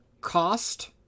cost